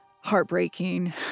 heartbreaking